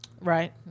Right